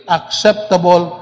acceptable